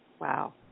Wow